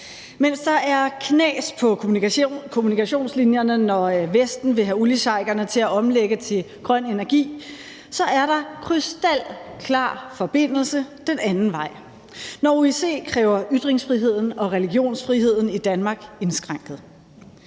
Mens der er knas på kommunikationslinjerne, når Vesten vil have oliesheikerne til at omlægge til grøn energi, er der krystalklar forbindelse den anden vej, når OIC kræver ytringsfriheden og religionsfriheden i Danmark indskrænket.